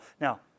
Now